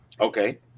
Okay